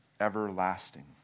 everlasting